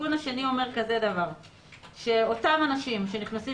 התיקון השני אומר שאותם אנשים שנכנסים